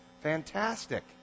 fantastic